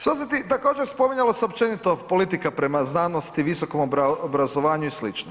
Što se, također spominjalo se općenito politika prema znanosti, visokom obrazovanju i sl.